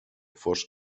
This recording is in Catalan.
fos